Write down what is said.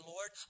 Lord